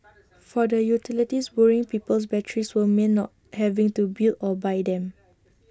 for the utilities borrowing people's batteries would mean not having to build or buy them